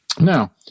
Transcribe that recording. Now